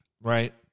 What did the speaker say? Right